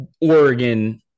Oregon